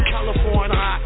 California